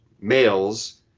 males